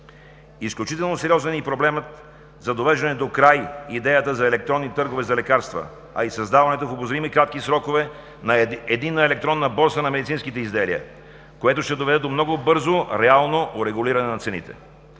Изключително сериозен е и проблемът за довеждане докрай на идеята за електронни търгове за лекарства, а и създаването в обозримо кратки срокове на Единна електронна борса на медицинските изделия, което ще доведе до много бързо реално урегулиране на цените.